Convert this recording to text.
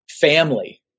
family